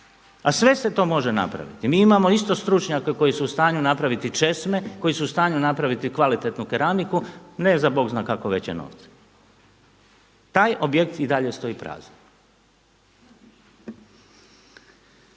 A sve se to može napraviti. Mi imamo isto stručnjake koji su u stanju napraviti česme, koji su u stanju napraviti kvalitetnu keramiku ne za bog zna kako veće novce. Taj objekt i dalje stoji prazan.